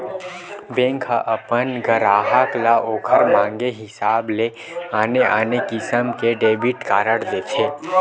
bank ह अपन गराहक ल ओखर मांगे हिसाब ले आने आने किसम के डेबिट कारड देथे